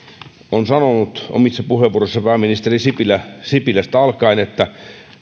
on sanonut omissa puheenvuoroissaan pääministeri sipilästä alkaen